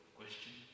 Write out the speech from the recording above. question